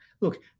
look